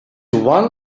one